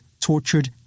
tortured